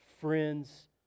friends